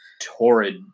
torrid